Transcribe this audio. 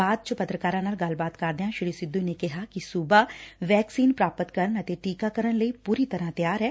ਬਾਅਦ ਚ ਪੱਤਰਕਾਰਾਂ ਨਾਲ ਗੱਲਬਾਤ ਕਰਦਿਆਂ ਸ੍ੀ ਸਿੱਧੁ ਨੇ ਕਿਹਾ ਕਿ ਸੁਬਾ ਵੈਕਸੀਨ ਪ੍ਰਾਪਤ ਕਰਨ ਅਤੇ ਟੀਕਾਕਰਨ ਲਈ ਪੁਰੀ ਤਰਾਂ ਤਿਆਰ ਐ